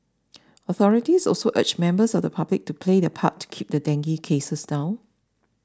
authorities also urged members of the public to play their part to keep dengue cases down